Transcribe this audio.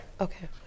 Okay